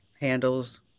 handles